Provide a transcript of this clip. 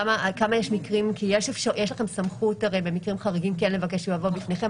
הרי יש לכם סמכות במקרים חריגים לבקש שהוא יבוא בפניכם.